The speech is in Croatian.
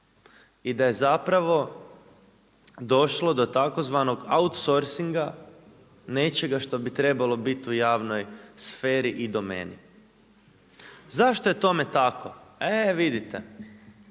I da je zapravo došlo do tzv. outsourcinga, nečega što bi trebalo biti u javnoj sferi i domeni. Zašto je tome tako? E vidite.